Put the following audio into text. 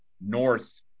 north